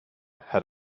had